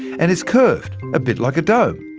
and it's curved a bit like a dome.